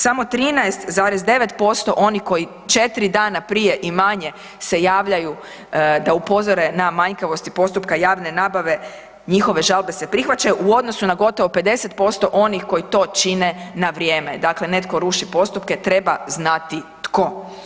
Samo 13,9% oni koji 4 dana prije i manje se javljaju da upozore na manjkavosti postupka javne nabave, njihove žalbe se prihvaćaju u odnosu na gotovo 50% onih koji to čine na vrijeme, dakle netko ruši postupke, treba znati tko.